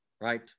Right